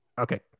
Okay